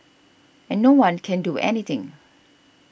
and no one can do anything